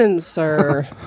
sir